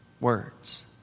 Words